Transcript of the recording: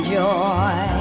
joy